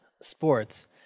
sports